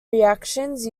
reactions